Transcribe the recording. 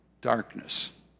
darkness